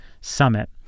summit